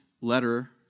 letter